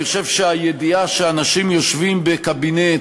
אני חושב שהידיעה שאנשים יושבים בקבינט